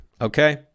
okay